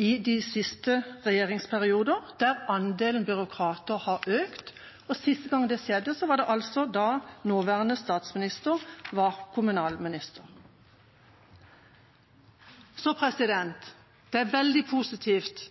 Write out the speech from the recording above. i de siste regjeringsperioder der andelen byråkrater har økt. Sist gang det skjedde, var da nåværende statsminister var kommunalminister. Det er veldig positivt